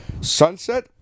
sunset